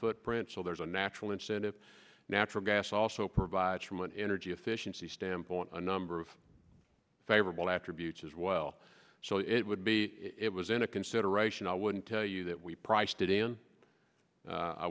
footprint so there's a natural incentive natural gas also provides from an energy efficiency standpoint a number of favorable attributes as well so it would be it was in a consideration i wouldn't tell you that we priced it in